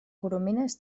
coromines